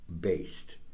based